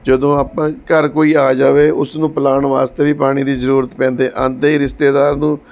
ਜਦੋਂ ਆਪਾਂ ਘਰ ਕੋਈ ਆ ਜਾਵੇ ਉਸਨੂੰ ਪਲਾਣ ਵਾਸਤੇ ਵੀ ਪਾਣੀ ਦੀ ਜ਼ਰੂਰਤ ਪੈਂਦੀ ਆਉਂਦੇ ਹੀ ਰਿਸ਼ਤੇਦਾਰ ਨੂੰ